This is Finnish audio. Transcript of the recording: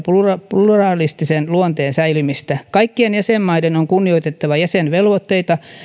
pluralistisen luonteen säilymistä kaikkien jäsenmaiden on kunnioitettava jäsenvelvoitteita